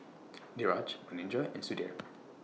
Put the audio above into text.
Niraj Manindra and Sudhir